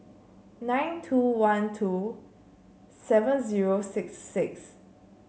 nine two one two seven zero six six